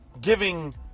giving